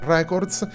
Records